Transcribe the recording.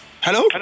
Hello